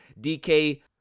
DK